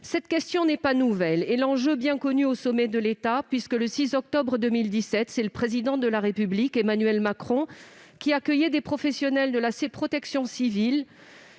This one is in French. Cette question n'est pas nouvelle, et l'enjeu est bien connu au sommet de l'État, puisque, le 6 octobre 2017, M. le Président de la République, Emmanuel Macron, accueillait des professionnels de la protection civile,